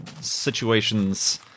situations